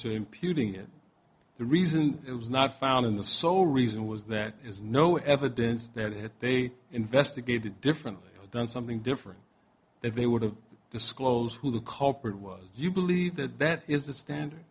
it the reason it was not found in the sole reason was that is no evidence that they investigated differently done something different if they were to disclose who the culprit was do you believe that that is the standard